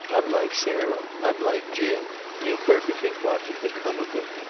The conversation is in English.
unlike sarah, unlike jim, knew perfectly what had become of him.